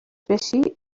باشی